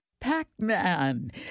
Pac-Man